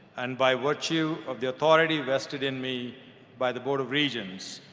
and by virtue of the authority vested in me by the board of regents,